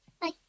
Bye